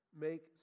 make